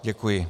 Děkuji.